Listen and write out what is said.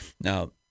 Now